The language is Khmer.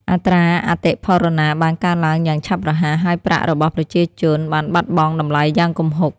អត្រាអតិផរណាបានកើនឡើងយ៉ាងឆាប់រហ័ស ហើយប្រាក់របស់ប្រជាជនបានបាត់បង់តម្លៃយ៉ាងគំហុក។